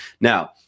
now